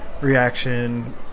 reaction